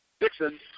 Dixon